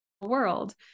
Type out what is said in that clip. world